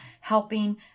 helping